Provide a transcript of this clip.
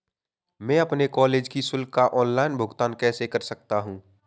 मैं अपने कॉलेज की शुल्क का ऑनलाइन भुगतान कैसे कर सकता हूँ?